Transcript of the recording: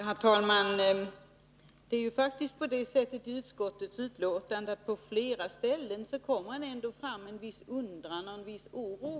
Herr talman! I utskottets betänkande kommer det faktiskt ändå på flera ställen fram viss undran och oro.